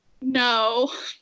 no